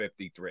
53